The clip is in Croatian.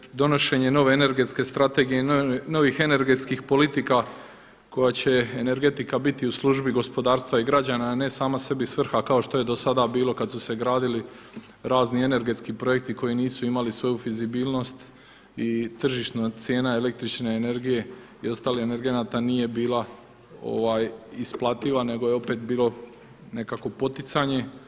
Šesto je donošenje nove energetske strategije i novih energetskih politika koja će energetika biti u službi gospodarstva i građana, a ne sama sebi svrha kao što je do sada bilo kad su se gradili razni energetski projekti koji nisu imali svoju fizibilnost i tržišna cijena električne energije i ostalih energenata nije bila isplativa nego je opet bilo nekakvo poticanje.